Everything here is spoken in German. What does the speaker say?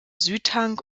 südhang